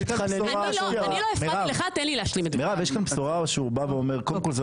יש כאן בשורה שהוא בא ואומר קודם כל,